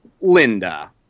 Linda